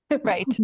Right